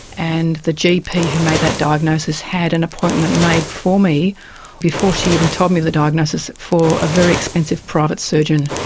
and the gp who made that diagnosis had an appointment made for me before she even told me the diagnosis, for a very expensive private surgeon.